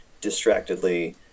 distractedly